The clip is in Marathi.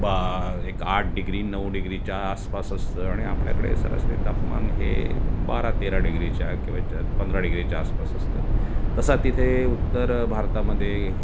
बा एक आठ डिग्री नऊ डिग्रीच्या आसपास असतं आणि आपल्याकडे सरासरी तापमान हे बारा तेरा डिग्रीच्या किंवा त्यात पंधरा डिग्रीच्या आसपास असतं तसा तिथे उत्तर भारतामध्ये